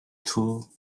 too